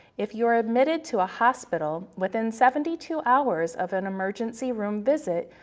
if you're admitted to a hospital within seventy two hours of an emergency room visit,